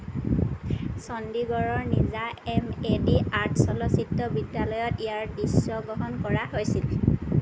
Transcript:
চণ্ডীগড়ৰ নিজা এমএ'ডি আৰ্ট চলচ্চিত্ৰ বিদ্যালয়ত ইয়াৰ দৃশ্যগ্ৰহণ কৰা হৈছিল